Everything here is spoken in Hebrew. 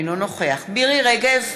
אינו נוכח מירי רגב,